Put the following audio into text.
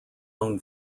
own